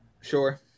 Sure